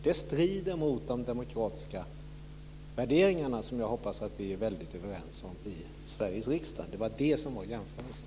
Det strider mot de demokratiska värderingar som jag hoppas att vi är överens om i Sveriges riksdag. Det var detta som var jämförelsen.